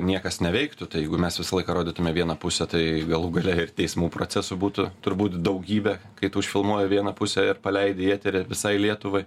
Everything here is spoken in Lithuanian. niekas neveiktų tai jeigu mes visą laiką rodytume vieną pusę tai galų gale ir teismų procesų būtų turbūt daugybė kai tu užfilmuoji vieną pusę ir paleidi į eterį visai lietuvai